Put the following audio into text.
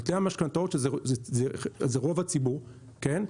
נוטלי המשכנתאות, שזה רוב הציבור, כן?